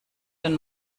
den